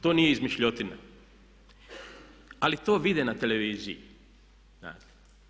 To nije izmišljotina, ali to vide na televiziji, znate.